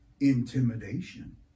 intimidation